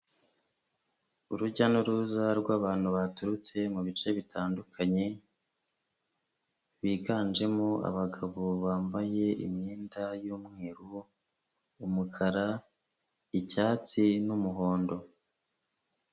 Urujya n'uruza rw'abantu baturutse mu bice bitandukanye, biganjemo abagabo bambaye imyenda y'umweru, umukara, icyatsi, n'umuhondo.